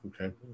Okay